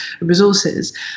resources